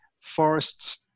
forests